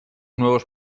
nuevos